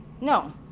no